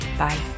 Bye